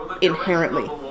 inherently